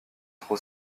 trop